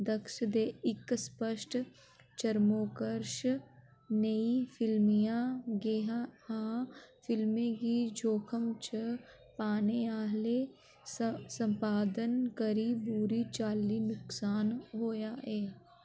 दक्ष दे इक स्पश्ट चर्मोकर्श नेही फिल्मियां गे हा फिल्में गी जोखम च पाने आह्ले स संपादन करी पूरी चल्ली नुक्सान होएआ ऐ